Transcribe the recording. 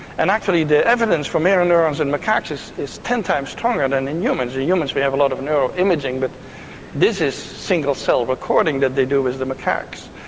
and actually the evidence for mirror neurons in macaques is is ten times stronger than in humans. in humans we have a lot of neuroimaging but this is single cell recording that they do with the macaques,